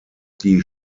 die